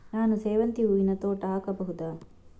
ನಾನು ಸೇವಂತಿ ಹೂವಿನ ತೋಟ ಹಾಕಬಹುದಾ?